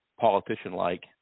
politician-like